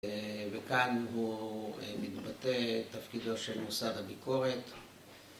וכאן הוא מתבטא את תפקידו של מוסד הביקורת